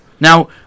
Now